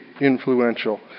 influential